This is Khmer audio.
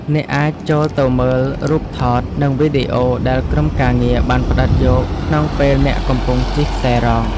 អ្នកអាចចូលទៅមើលរូបថត និងវីដេអូដែលក្រុមការងារបានផ្ដិតយកក្នុងពេលអ្នកកំពុងជិះខ្សែរ៉ក។